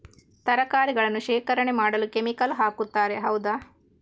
ತರಕಾರಿಗಳನ್ನು ಶೇಖರಣೆ ಮಾಡಲು ಕೆಮಿಕಲ್ ಹಾಕುತಾರೆ ಹೌದ?